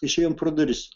išėjom pro duris